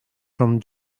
from